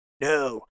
No